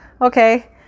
okay